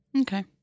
Okay